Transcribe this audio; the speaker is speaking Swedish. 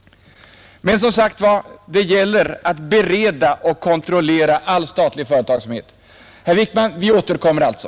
Men som sagt: Det gäller att bereda och kontrollera all statlig företagsamhet. Herr Wickman! Vi återkommer alltså!